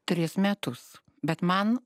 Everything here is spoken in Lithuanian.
tris metus bet man